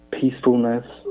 peacefulness